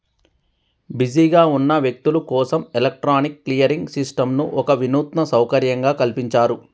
బిజీగా ఉన్న వ్యక్తులు కోసం ఎలక్ట్రానిక్ క్లియరింగ్ సిస్టంను ఒక వినూత్న సౌకర్యంగా కల్పించారు